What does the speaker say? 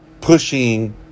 pushing